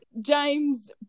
James